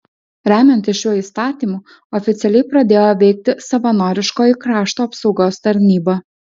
remiantis šiuo įstatymu oficialiai pradėjo veikti savanoriškoji krašto apsaugos tarnyba